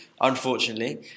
unfortunately